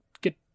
get